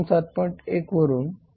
1 वरून 8